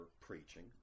preaching